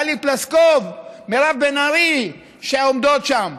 טלי פלוסקוב, מירב בן ארי, שעומדות שם.